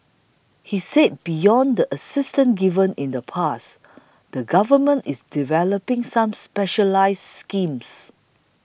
he said beyond the assistance given in the past the Government is developing some specialised schemes